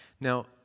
Now